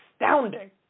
astounding